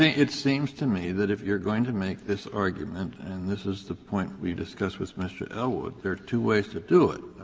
ah it seems to me that if you're going to make this argument and this is the point we discussed with mr. elwood there are two ways to do it.